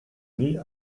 nie